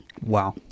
wow